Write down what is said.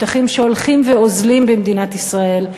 שטחים שהולכים ואוזלים במדינת ישראל,